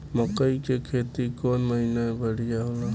मकई के खेती कौन महीना में बढ़िया होला?